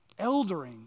eldering